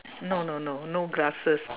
no no no no glasses